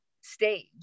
stage